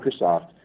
Microsoft